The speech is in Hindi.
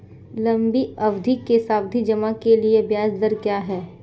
लंबी अवधि के सावधि जमा के लिए ब्याज दर क्या है?